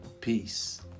peace